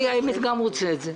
למען האמת גם אני רוצה את זה,